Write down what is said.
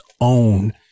own